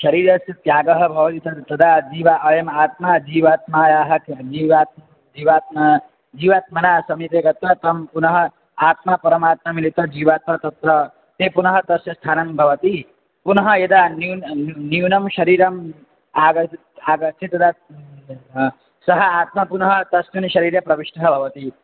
शरीरस्य त्यागः भवन्ति तत् तद् तदा जीवः अयम् आत्मा जीवात्मनः जीवः जीवात्मा जीवात्मनः समीपे गत्वा तं पुनः आत्मा परमात्मा मिलित्वा जीवात्मा तत्र ते पुनः तस्य स्थानं भवति पुनः यदा न्यून्ं न् न्यूनं शरीरम् आगत्य आगत्य तदा सः आत्मा पुनः तस्मिन् शरीरे प्रविष्टः भवति